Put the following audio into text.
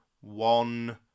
one